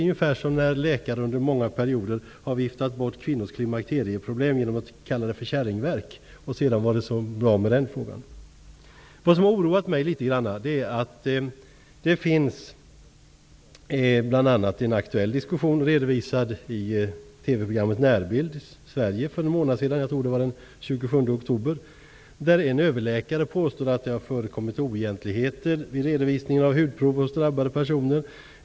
Läkare har under många perioder viftat bort kvinnors klimakterieproblem genom att kalla dem för kärringverk och låta det vara bra med det. I TV-programmet Närbild Sverige redovisades för någon månad sedan -- jag tror att det var den 27 oktober -- en aktuell diskussion som oroar mig litet grand. En överläkare påstod att det har förekommit oegentligheter vid redovisningen av hudprov från drabbade personer.